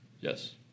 Yes